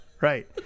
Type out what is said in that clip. right